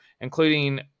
including